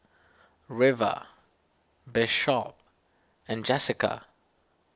River Bishop and Jesica